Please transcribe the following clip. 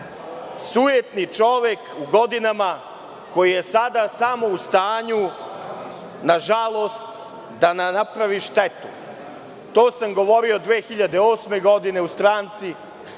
Sujetni čovek u godina koji je sada samo u stanju nažalost da nam napravi štetu. To sam govorio 2008. godine u stranci